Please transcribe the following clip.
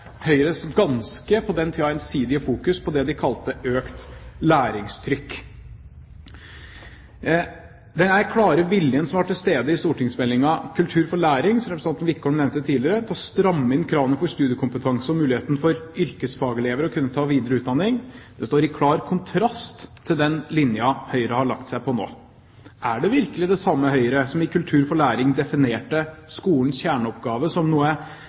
Høyres – på den tiden – ganske ensidige fokus på det de kalte «økt læringstrykk». Den klare viljen som var til stede i stortingsmeldingen Kultur for læring – som representanten Wickholm nevnte tidligere – til å stramme inn kravene til studiekompetanse og muligheten for yrkesfagelever til å kunne ta videre utdanning, står i klar kontrast til den linjen Høyre har lagt seg på nå. Er det virkelig det samme Høyre som i Kultur for læring definerte skolens kjerneoppgave som en kompetanseinstitusjon alene og devaluerte kunnskapsbegrepet til noe